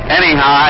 anyhow